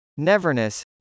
Neverness